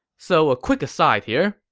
so a quick aside here.